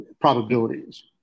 probabilities